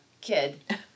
kid